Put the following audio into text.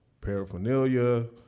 paraphernalia